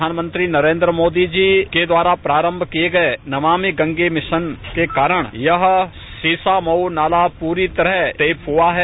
प्रधानमंत्री नरेन्द्र मोदी जी के द्वारा प्रारम्भ किये गये नमानि गंगे मिशन के कारण यह शीशामक नाला पूरी तरह टेप हुआ है